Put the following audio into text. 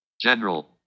General